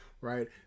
right